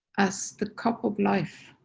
as the cup of life.